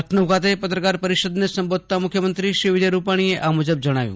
લખનઉ ખાતે પત્રકાર પરિષદને સંબોધતા મુખ્યમંત્રી શ્રી વિજયભાઈ રૂપાશ્રીએ આ મુજબ જજ્જાવ્યું